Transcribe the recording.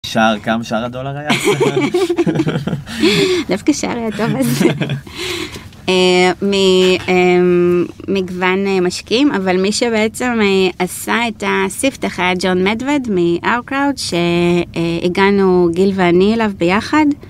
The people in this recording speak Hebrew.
שער, כמה שער הדולר היה? דווקא שער היה טוב אז. ממגוון משקיעים, אבל מי שבעצם עשה את הסיפתח היה ג'ון מדוד מ-Our Crowd, שהגענו גיל ואני אליו ביחד.